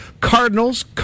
Cardinals